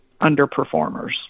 underperformers